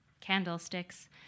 candlesticks